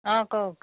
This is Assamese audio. অঁ কওক